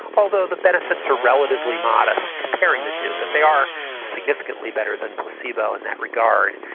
although the benefits are relatively modest comparing the two but they are significantly better than placebo in that regard.